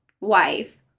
wife